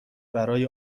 برای